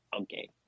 Okay